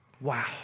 Wow